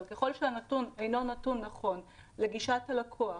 אבל ככל שהנתון אינו נתון נכון בעיני הלקוח,